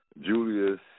Julius